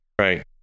Right